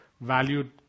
valued